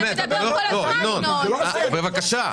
בבקשה.